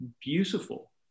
beautiful